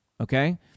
okay